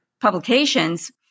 publications